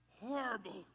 horrible